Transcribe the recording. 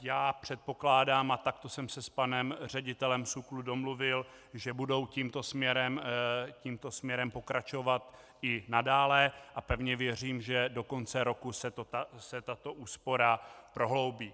Já předpokládám, a takto jsem se s panem ředitelem SÚKLu domluvil, že budou tímto směrem pokračovat i nadále, a pevně věřím, že do konce roku se tato úspora prohloubí.